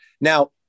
Now